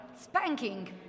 spanking